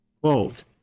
Quote